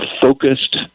focused